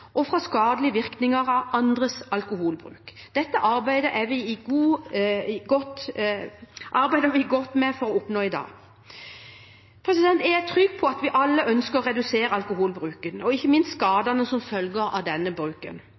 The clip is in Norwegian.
og for skadelige virkninger av andres alkoholbruk. Dette arbeider vi godt med for å oppnå i dag. Jeg er trygg på at vi alle ønsker å redusere alkoholbruken og ikke minst skadene som følger av